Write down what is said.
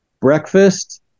breakfast